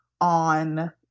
on